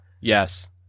yes